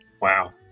Wow